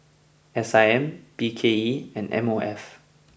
S I M B K E and M O F